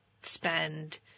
spend –